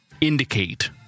indicate